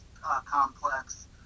complex